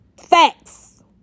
Facts